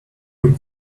took